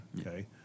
Okay